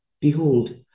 Behold